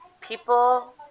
People